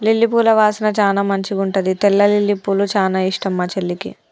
lily పూల వాసన చానా మంచిగుంటది తెల్ల లిల్లీపూలు చానా ఇష్టం మా చెల్లికి